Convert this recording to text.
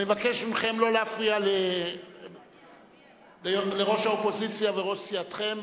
אני מבקש מכם לא להפריע לראש האופוזיציה וראש סיעתכם.